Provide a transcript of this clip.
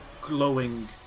glowing